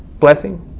Blessing